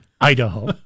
Idaho